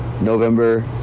November